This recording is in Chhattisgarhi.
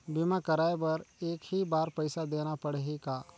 बीमा कराय बर एक ही बार पईसा देना पड़ही का?